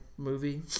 Movie